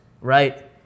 Right